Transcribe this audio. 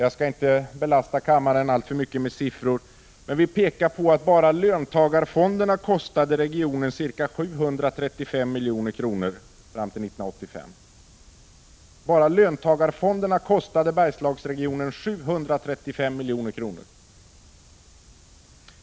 Jag skall inte belasta kammaren alltför mycket med siffror men vill peka på att bara löntagarfonderna kostade regionen ca 735 milj.kr. fram till 1985. Jag upprepar: Bara löntagarfonderna kostade Bergslagsregionen 735 milj.kr.